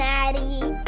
Maddie